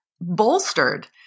bolstered